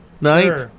Night